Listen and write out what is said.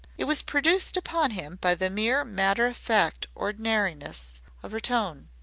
it was produced upon him by the mere matter-of-fact ordinariness of her tone.